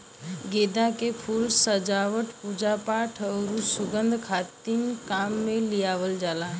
गेंदा के फूल सजावट, पूजापाठ आउर सुंगध खातिर काम में लियावल जाला